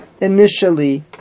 initially